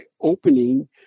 opening